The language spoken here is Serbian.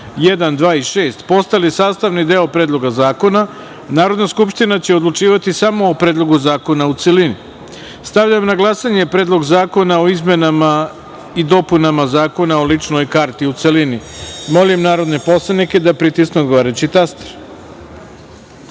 1, 2. i 6. postali sastavni deo Predloga zakona, Narodna skupština će odlučivati samo od Predloga zakona u celini. Stavljam na glasanje Predlog zakona o izmenama i dopunama Zakona o ličnoj karti u celini. Molim narodne poslanike da pritisnu odgovarajući